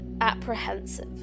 apprehensive